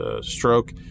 stroke